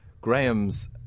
Graham's